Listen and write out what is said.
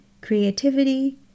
creativity